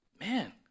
man